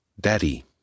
daddy